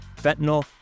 fentanyl